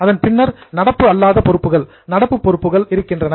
அதன் பின்னர் நடப்பு அல்லாத பொறுப்புகள் நடப்பு பொறுப்புகள் இருக்கின்றன